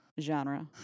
genre